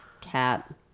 Cat